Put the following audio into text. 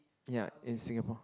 ya in Singapore